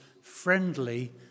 friendly